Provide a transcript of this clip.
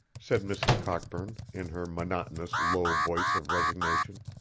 said mrs. cockburn, in her monotonous low voice of resignation.